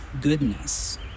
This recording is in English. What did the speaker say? goodness